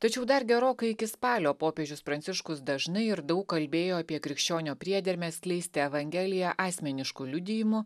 tačiau dar gerokai iki spalio popiežius pranciškus dažnai ir daug kalbėjo apie krikščionio priedermę skleisti evangeliją asmenišku liudijimu